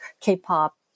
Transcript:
K-pop